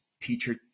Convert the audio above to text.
teacher